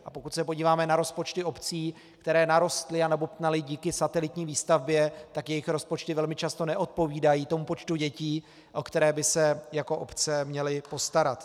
A pokud se podíváme na rozpočty obcí, které narostly a nabobtnaly díky satelitní výstavbě, tak jejich rozpočty velmi často neodpovídají tomu počtu dětí, o které by se jako obce měly postarat.